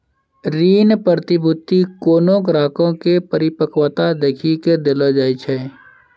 ऋण प्रतिभूती कोनो ग्राहको के परिपक्वता देखी के देलो जाय छै